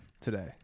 today